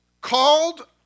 called